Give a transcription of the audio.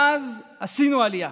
ואז עשינו עלייה.